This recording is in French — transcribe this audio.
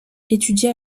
étudia